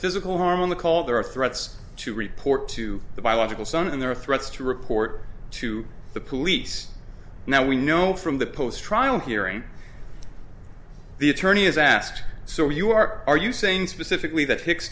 physical harm on the call there are threats to report to the biological son and there are threats to report to the police now we know from the post trial hearing the attorney is asked so you are are you saying specifically that hicks